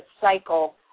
cycle